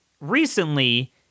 recently